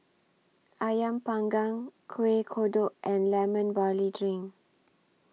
Ayam Panggang Kueh Kodok and Lemon Barley Drink